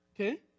Okay